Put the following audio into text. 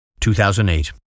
2008